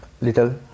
little